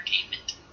entertainment